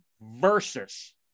Versus